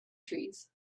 trees